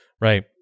Right